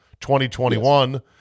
2021